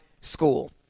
school